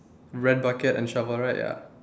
red bucket and shovel right ya